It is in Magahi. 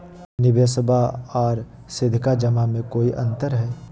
निबेसबा आर सीधका जमा मे कोइ अंतर हय?